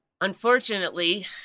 Unfortunately